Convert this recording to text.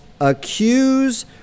accuse